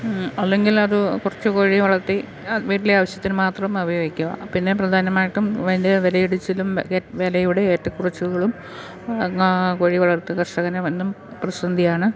അല്ലെങ്കിലത് കുറച്ചു കോഴിവളർത്തി വീട്ടിലെ ആവശ്യത്തിനു മാത്രം ഉപയോഗിക്കുക പിന്നെ പ്രധാനമായിട്ടും വലിയ വിലയിടിച്ചിലും വിലയുടെ ഏറ്റക്കുറച്ചിലുകളും ങാ കോഴിവളർത്ത് കർഷകന് എന്നും പ്രതിസന്ധിയാണ്